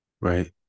Right